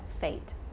fate